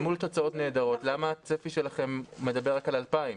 למול תוצאות נהדרות למה הצפי שלכם מדבר רק על 2,000?